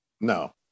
No